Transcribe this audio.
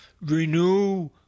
renew